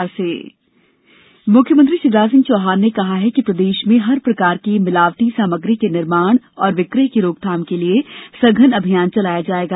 मिलावटखोरी मुख्यमंत्री शिवराज सिंह चौहान ने कहा है कि प्रदेश में हर प्रकार की मिलावटी सामग्री के निर्माण एवं विक्रय की रोकथाम के लिए सघन अभियान चलाया जाएगा